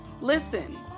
Listen